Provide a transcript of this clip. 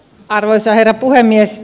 arvoisa herra puhemies